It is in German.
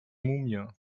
mumie